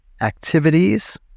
activities